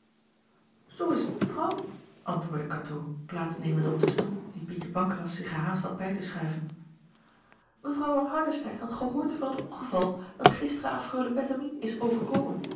oo is t evrouw antwoordde atoo plaats nemende op den stoel dien ietje ancras zich gehaast had bij te schuiven evrouw van ardestein had gehoord van het ongeval dat gisteren aan reule ettemie is overkomen